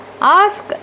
ask